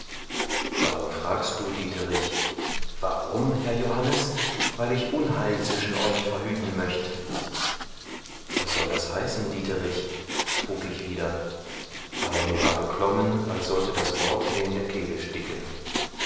warum fragst du dieterich warum herr johannes weil ich unheil zwischen euch verhüten möcht was soll das heißen dieterich frug ich wieder aber mir war beklommen als sollte das wort mir in der kehle sticken